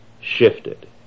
shifted